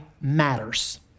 matters